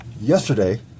yesterday